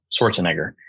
Schwarzenegger